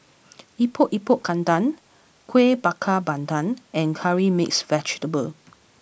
Epok Epok Kentang Kueh Bakar Pandan and Curry Mixed Vegetable